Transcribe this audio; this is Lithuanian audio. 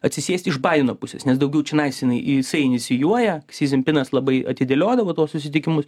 atsisėsti iš baino pusės nes daugiau činais jinai jisai inisijuoja sizimpinas labai atidėliodavo tuos susitikimus